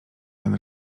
ten